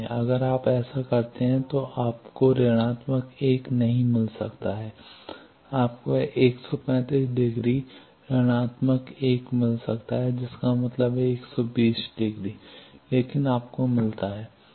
लेकिन अगर आप ऐसा करते हैं तो आपको माइनस 1 नहीं मिल सकता है आपको 135 डिग्री माइनस 1 मिल सकता है जिसका मतलब है 120 डिग्री लेकिन आपको मिलता है